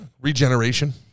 Regeneration